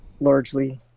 largely